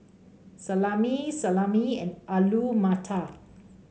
Salami Salami and Alu Matar